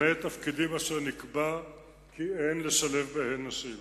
למעט תפקידים אשר נקבע כי אין לשלב בהם נשים.